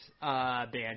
band